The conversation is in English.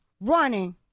running